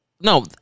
no